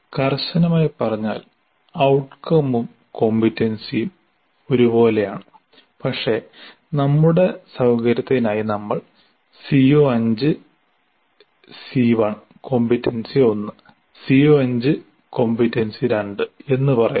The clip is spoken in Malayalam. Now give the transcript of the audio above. കർശനമായി പറഞ്ഞാൽ ഔട്കവും കോംപറ്റൻസിയും ഒരുപോലെയാണ് പക്ഷേ നമ്മുടെ സൌകര്യത്തിനായി നമ്മൾ CO5 C1 competency 1 CO5 competency 2 എന്ന് പറയുന്നു